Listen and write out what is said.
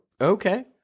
okay